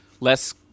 less